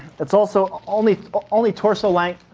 it's also only but only torso length.